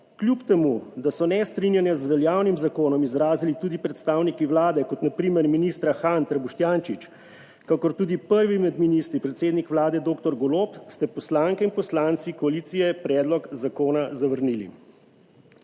kljub temu, da so nestrinjanje z veljavnim zakonom izrazili tudi predstavniki Vlade kot na primer minister Han ter Boštjančič, kakor tudi prvi med ministri, predsednik Vlade dr. Golob, ste poslanke in poslanci koalicije, predlog zakona zavrnili.